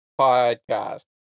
podcast